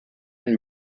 and